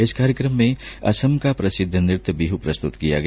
इस कार्यक्रम में असम का प्रसिद्ध नृत्य बिह् प्रस्तुत किया गया